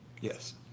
Yes